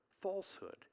falsehood